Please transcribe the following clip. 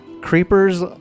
Creepers